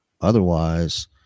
Otherwise